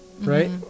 right